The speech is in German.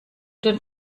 denn